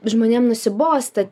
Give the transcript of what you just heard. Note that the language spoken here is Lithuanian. žmonėm nusibosta